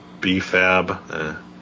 B-Fab